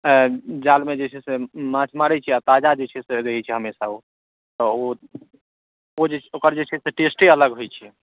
जालमे जे छै से माछ मारै छै आ ताजा जे छै से रहै छै हमेशा ओ बहुत ओकर जे छै से टेस्ट अलग होइ छै